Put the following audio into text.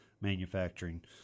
manufacturing